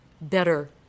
better